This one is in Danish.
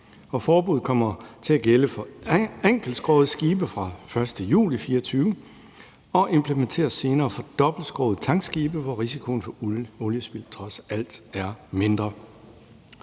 forbuddet kommer til at gælde for enkeltskrogede skibe fra den 1. juli 2024 og implementeres senere for dobbeltskrogede tankskibe, hvor risikoen for oliespild trods alt er mindre.